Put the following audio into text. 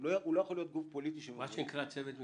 צוות מקצועי?